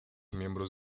miembros